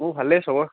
মোৰ ভালেই সবৰ